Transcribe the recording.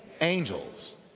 Angels